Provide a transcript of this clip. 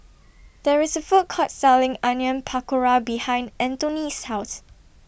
There IS A Food Court Selling Onion Pakora behind Antone's House